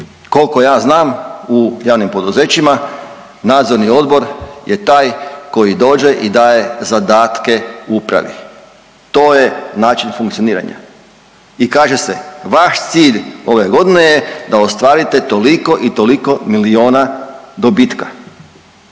Koliko ja znam u javnim poduzećima nadzorni odbor je taj koji dođe i daje zadatke upravi to je način funkcioniranja i kaže se vaš cilj ove godine je da ostvarite toliko i toliko milijuna dobitka